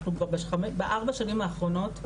אנחנו בארבע שנים האחרונות,